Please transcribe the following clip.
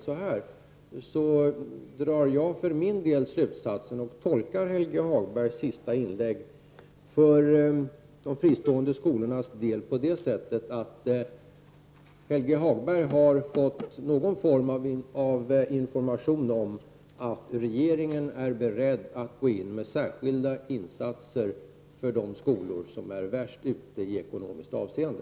Jag drar för min del en slutsats och tolkar Helge Hagbergs sista inlägg om de fristående skolorna så att Helge Hagberg har fått någon form av information om att regeringen är beredd att gå in med särskilda insatser för de skolor som är värst ute i ekonomiskt avseende.